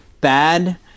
bad